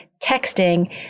texting